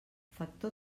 factor